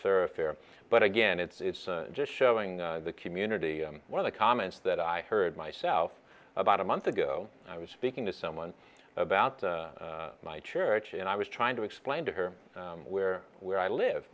thoroughfare but again it's just showing the community one of the comments that i heard myself about a month ago i was speaking to someone about my church and i was trying to explain to her where where i live